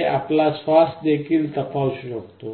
हे आपला श्वास देखील तपासू शकते